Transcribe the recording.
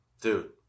dude